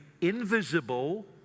invisible